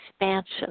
expansion